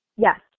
Yes